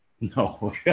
No